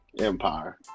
Empire